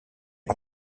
est